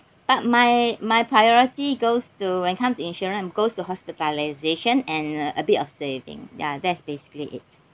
but my my priority goes to when come to insurance goes to hospitalisation and uh a bit of saving ya that's basically it